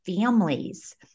families